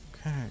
Okay